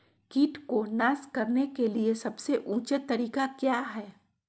किट को नास करने के लिए सबसे ऊंचे तरीका काया है?